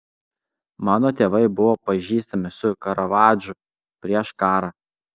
mano tėvai buvo pažįstami su karavadžu prieš karą